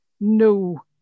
no